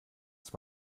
ist